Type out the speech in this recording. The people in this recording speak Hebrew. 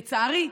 לצערי,